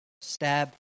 stab